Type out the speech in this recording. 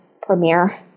premiere